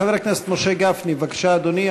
חבר הכנסת משה גפני, בבקשה, אדוני.